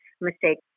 mistake